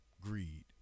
greed